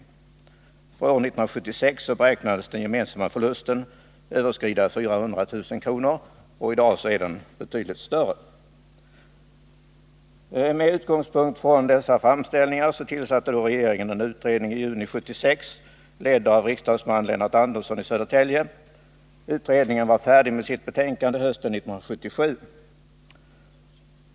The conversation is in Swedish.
För år 1976 beräknades den gemensamma förlusten överskrida 400 000 kr., och i dag är den betydligt större. Med utgångspunkt i dessa framställningar tillsatte regeringen en utredning i juni 1976 ledd av riksdagsman Lennart Andersson i Södertälje. Utredningen var färdig med sitt betänkande hösten 1977.